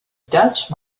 dutch